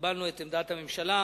קיבלנו את עמדת הממשלה.